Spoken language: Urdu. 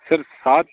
سر سات